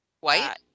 White